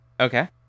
Okay